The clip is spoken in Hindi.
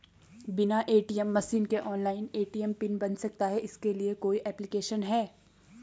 बिना ए.टी.एम मशीन के ऑनलाइन ए.टी.एम पिन बन सकता है इसके लिए कोई ऐप्लिकेशन है?